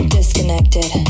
Disconnected